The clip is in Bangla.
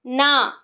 না